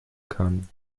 kann